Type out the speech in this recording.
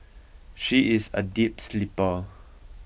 she is a deep sleeper